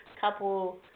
couple